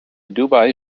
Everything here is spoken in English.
dubai